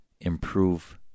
improve